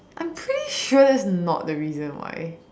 I'm pretty sure that's not the reason why